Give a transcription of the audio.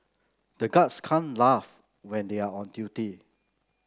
the guards can't laugh when they are on duty